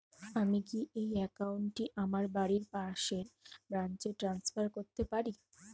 আমি কি এই একাউন্ট টি আমার বাড়ির পাশের ব্রাঞ্চে ট্রান্সফার করতে পারি?